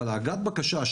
אבל אגרת הבקשה,